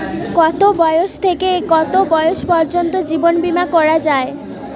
কতো বয়স থেকে কত বয়স পর্যন্ত জীবন বিমা করা যায়?